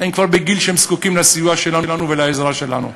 הם כבר בגיל שהם זקוקים לסיוע שלנו ולעזרה שלנו.